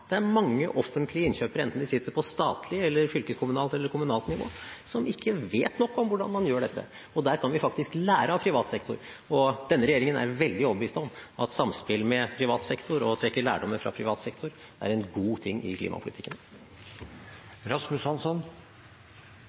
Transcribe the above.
Det er mange offentlige innkjøpere, enten de sitter på statlig, fylkeskommunalt eller kommunalt nivå, som ikke vet nok om hvordan man gjør dette. Der kan vi faktisk lære av privat sektor. Denne regjeringen er veldig overbevist om at samspill med privat sektor og å trekke lærdom fra privat sektor er en god ting i klimapolitikken.